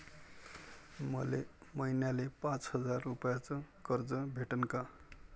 मले महिन्याले पाच हजार रुपयानं कर्ज भेटन का?